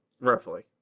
Roughly